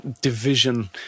division